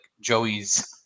Joey's